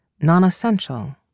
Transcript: non-essential